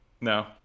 No